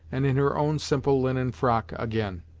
and in her own simple linen frock again.